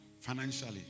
financially